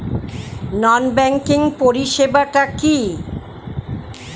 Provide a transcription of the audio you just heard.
নন banking পরিষেবা টা কি?